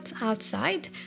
outside